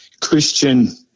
Christian